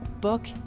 book